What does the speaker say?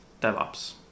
DevOps